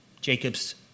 Jacob's